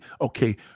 Okay